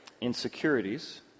insecurities